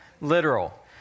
Literal